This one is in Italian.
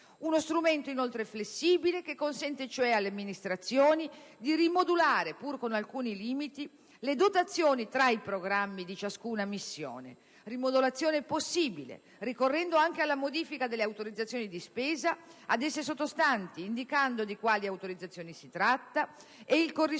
Uno strumento, inoltre, flessibile, che consente cioè alle amministrazioni di rimodulare, pur con alcuni limiti, le dotazioni tra i programmi di ciascuna missione. Rimodulazione possibile, ricorrendo anche alla modifica delle autorizzazioni di spesa ad esse sottostanti, indicando di quali autorizzazioni si tratta e il corrispondente